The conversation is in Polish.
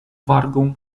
wargą